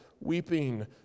weeping